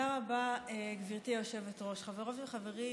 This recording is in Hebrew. חברות וחברים,